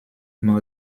more